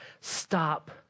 stop